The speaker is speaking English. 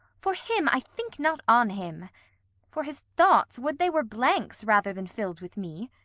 for him, i think not on him for his thoughts, would they were blanks, rather than fill'd with me!